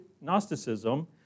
Gnosticism